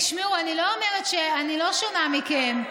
תשמעו, אני לא אומרת, אני לא שונה מכם.